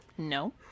No